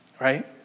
right